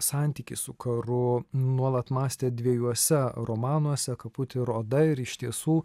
santykį su karu nuolat mąstė dviejuose romanuose kaput ir oda ir iš tiesų